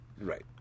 right